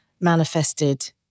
manifested